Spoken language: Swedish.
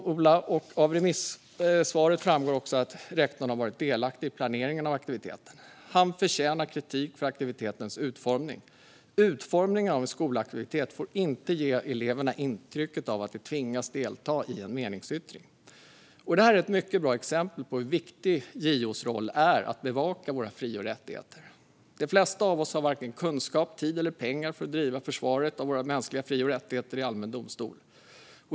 JO skriver vidare att det av remissvaret framgår att rektorn har varit delaktig i planeringen av aktiviteten och att han förtjänar kritik för aktivitetens utformning samt att utformningen av en skolaktivitet inte får ge eleverna intrycket att de tvingas delta i en meningsyttring. Det här är ett mycket bra exempel på hur viktig JO:s roll är för att bevaka våra fri och rättigheter. De flesta av oss har varken kunskap, tid eller pengar för att driva försvaret av våra mänskliga fri och rättigheter i allmän domstol.